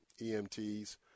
EMTs